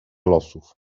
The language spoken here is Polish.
losów